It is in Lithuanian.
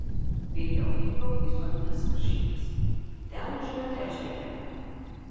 vėliau vykau į zonines varžybas ten užėmiau trečiąją vietą